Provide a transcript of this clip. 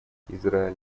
израиль